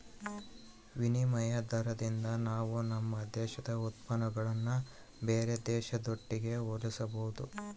ವಿನಿಮಯ ದಾರದಿಂದ ನಾವು ನಮ್ಮ ದೇಶದ ಉತ್ಪನ್ನಗುಳ್ನ ಬೇರೆ ದೇಶದೊಟ್ಟಿಗೆ ಹೋಲಿಸಬಹುದು